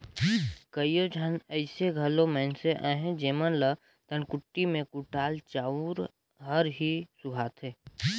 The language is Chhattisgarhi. कइयो झन अइसे घलो मइनसे अहें जेमन ल धनकुट्टी में कुटाल चाँउर हर ही सुहाथे